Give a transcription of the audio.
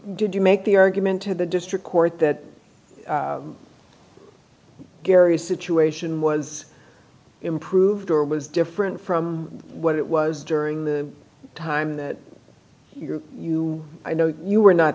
did you make the argument to the district court that gary's situation was improved or was different from what it was during the time that you're you know you were not